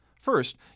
First